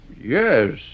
Yes